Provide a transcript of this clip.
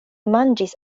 manĝis